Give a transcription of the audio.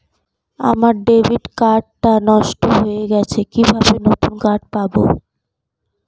আমার debit card টা নষ্ট হয়ে গেছে কিভাবে নতুন কার্ড পাব?